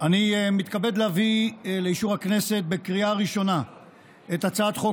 אני מתכבד להביא לאישור הכנסת בקריאה ראשונה את הצעת חוק